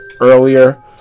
earlier